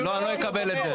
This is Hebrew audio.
אני לא אקבל את זה.